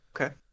Okay